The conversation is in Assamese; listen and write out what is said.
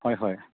হয় হয়